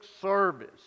service